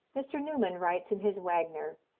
mr. newman writes in his wagner,